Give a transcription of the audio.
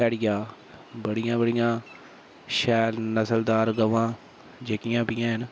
देहाड़ियां दा बड़ियां बड़ियां शैल नस्ल दार ग'वां जेह्कियां बी हैन